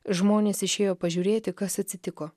žmonės išėjo pažiūrėti kas atsitiko